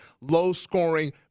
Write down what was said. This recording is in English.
low-scoring